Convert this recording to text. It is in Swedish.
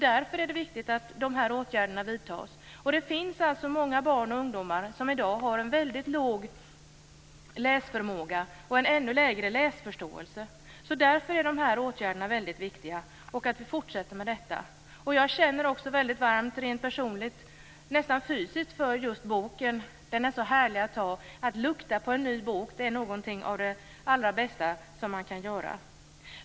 Därför är det viktigt att de här åtgärderna vidtas. Det finns många barn och ungdomar som i dag har en väldigt låg läsförmåga och en ännu lägre läsförståelse. Därför är de här åtgärderna väldigt viktiga. Det är viktigt att vi fortsätter med det här. Jag känner också väldigt varmt rent personligt - nästan fysiskt - för just boken. Den är så härlig att ta på. Att lukta på en ny bok är något av det allra bästa man kan göra.